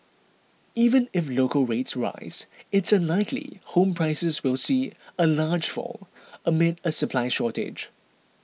even if local rates rise it's unlikely home prices will see a large fall amid a supply shortage